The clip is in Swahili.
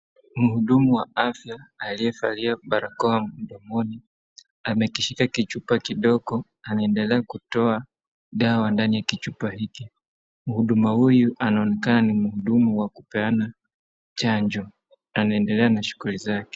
Mhudumu wa afya, aliyevalia barakoa mdomoni amekishika kichupa kidogo anaendelea kutoa dawa ndani ya kichupa hiki. Mhuduma huyu anaonekana ni mhudumu wa kupeana chanjo. Anaendelea na shughuli zake,